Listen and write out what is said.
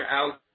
out